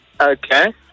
Okay